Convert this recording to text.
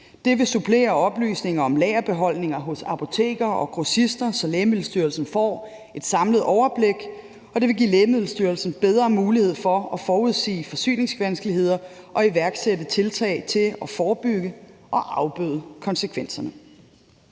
Det vil supplere oplysninger om lagerholdninger på apoteker og hos grossister, så Lægemiddelstyrelsen får et samlet overblik, og det vil give Lægemiddelstyrelsen bedre mulighed for at forudsige forsyningsvanskeligheder og iværksætte tiltag til at forebygge og afbøde konsekvenserne.